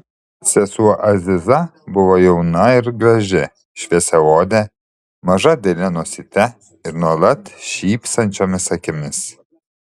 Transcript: sesuo aziza buvo jauna ir graži šviesiaodė maža dailia nosyte ir nuolat šypsančiomis akimis